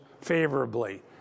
favorably